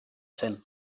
zen